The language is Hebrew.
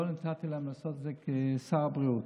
לא נתתי להם לעשות את זה כשר הבריאות.